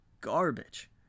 garbage